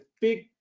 big